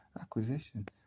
acquisition